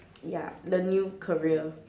ya the new career